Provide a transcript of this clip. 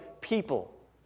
people